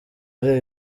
ari